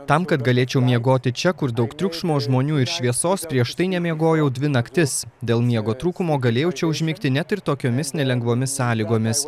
tam kad galėčiau miegoti čia kur daug triukšmo žmonių ir šviesos prieš tai nemiegojau dvi naktis dėl miego trūkumo galėjau čia užmigti net ir tokiomis nelengvomis sąlygomis